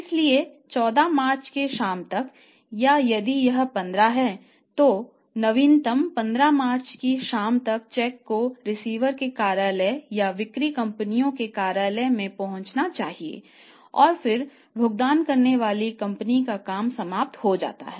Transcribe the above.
इसलिए 14 मार्च की शाम तक या यदि यह 15 है तो नवीनतम 15 मार्च की शाम तक चेक को रिसीवर के कार्यालय या बिक्री कंपनियों के कार्यालय में पहुंचना चाहिए और फिर भुगतान करने वाली कंपनी का काम समाप्त हो जाता है